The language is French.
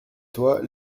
toi